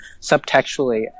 subtextually